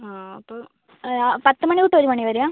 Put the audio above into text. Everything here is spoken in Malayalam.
ആ അപ്പം ആ പത്ത് മണി തൊട്ട് ഒരു മണി വരെ ആണോ